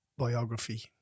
Biography